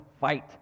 fight